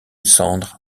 cendre